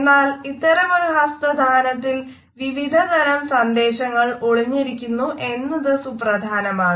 എന്നാൽ ഇത്തരമൊരു ഹസ്തദാനത്തിൽ വിവിധതരം സന്ദേശങ്ങൾ ഒളിഞ്ഞിരിക്കുന്നു എന്നത് സുപ്രധാനമാണ്